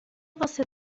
você